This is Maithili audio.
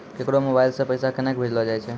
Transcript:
केकरो मोबाइल सऽ पैसा केनक भेजलो जाय छै?